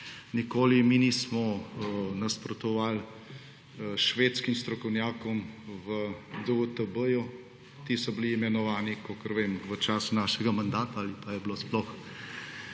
Nikoli mi nismo nasprotovali švedskim strokovnjakom v DUTB. Ti so bili imenovani, kakor vem, v času našega mandata ali pa je bilo sploh